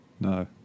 No